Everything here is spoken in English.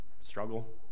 struggle